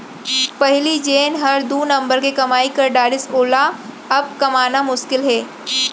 पहिली जेन हर दू नंबर के कमाई कर डारिस वोला अब कमाना मुसकिल हे